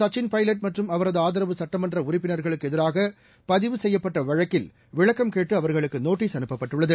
சக்சின் பைலட் மற்றும் அவரது ஆதரவு சட்டமன்ற உறுப்பினர்களுக்கு எதிராக பதிவு செய்யப்பட்ட வழக்கில் விளக்கம் கேட்டு அவர்களுக்கு நோட்டீஸ் அனுப்பப்பட்டுள்ளது